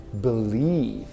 believe